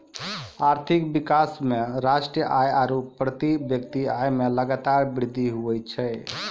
आर्थिक विकास मे राष्ट्रीय आय आरू प्रति व्यक्ति आय मे लगातार वृद्धि हुवै छै